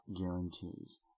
guarantees